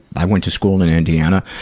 i went to school in indiana,